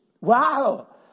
Wow